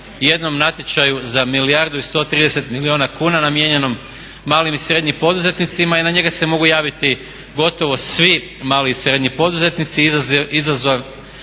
jednom natječaju za milijardu i 130 milijuna kuna namijenjenom malim i srednjim poduzetnicima i na njega se mogu javiti gotovo svi mali i srednji poduzetnici izuzev